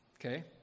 Okay